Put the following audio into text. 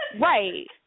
Right